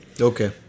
Okay